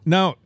Now